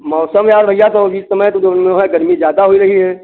मौसम यार भैया तो इस समय तो जऊनो है गर्मी ज़्यादा हुई रही है